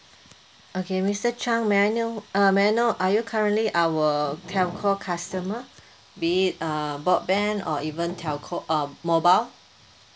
okay mister chang may I know uh may I know are you currently our telco customer be it uh broadband or even telco uh mobile